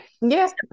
yes